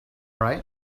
right